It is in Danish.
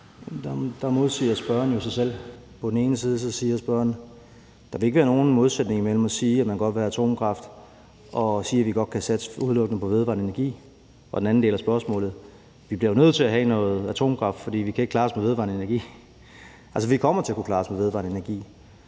Der modsiger spørgeren jo sig selv. På den ene side siger spørgeren, at der ikke vil være nogen modsætning mellem at sige, at man godt vil have atomkraft, og at sige, at vi godt kan satse udelukkende på vedvarende energi, og på den anden side, at vi bliver nødt til at have noget atomkraft, fordi vi ikke kan klare os med vedvarende energi. Altså, vi kommer til at kunne klare os med vedvarende energi,